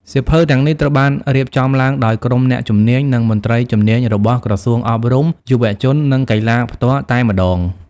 សៀវភៅទាំងនេះត្រូវបានរៀបចំឡើងដោយក្រុមអ្នកជំនាញ និងមន្ត្រីជំនាញរបស់ក្រសួងអប់រំ យុវជន និងកីឡាផ្ទាល់តែម្ដង។